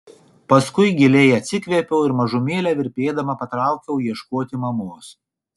paskui giliai atsikvėpiau ir mažumėlę virpėdama patraukiau ieškoti mamos